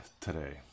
today